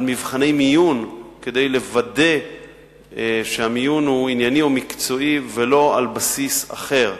על מבחני מיון כדי לוודא שהמיון הוא ענייני ומקצועי ולא על בסיס אחר,